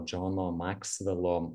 džono maksvelo